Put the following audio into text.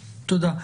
תודה.